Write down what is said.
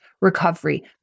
recovery